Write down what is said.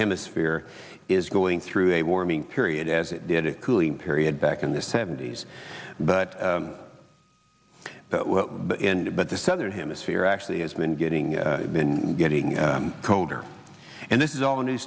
hemisphere is going through a warming period as it did it cooling period back in the seventy's but but the southern hemisphere actually has been getting been getting colder and this is all new